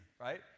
right